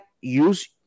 use